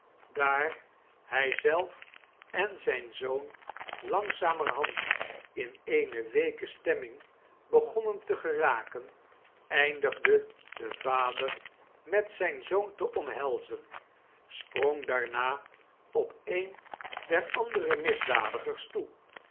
daar hij zelf en zijn zoon langzamerhand in eene weeke stemming begonnen te geraken eindigde de vader met zijn zoon te omhelzen sprong daarna op een der ahdere misdadigers toe